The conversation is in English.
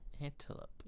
antelope